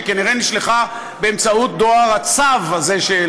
שכנראה נשלחה באמצעות דואר הצב הזה,